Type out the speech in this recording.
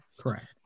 correct